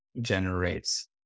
generates